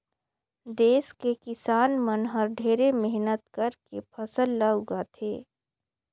देस के किसान मन हर ढेरे मेहनत करके फसल ल उगाथे